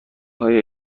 های